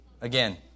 Again